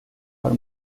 para